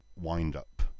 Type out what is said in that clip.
wind-up